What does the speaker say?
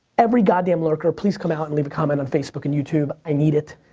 every goddamn lurker, please come out and leave a comment on facebook and youtube. i need it.